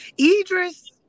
Idris